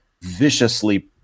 viciously